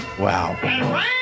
Wow